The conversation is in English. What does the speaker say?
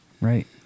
Right